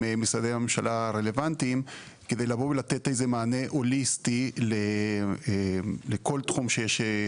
משרדי הממשלה רלוונטיים כדי לתת מענה הוליסטי לכל התחום שקשור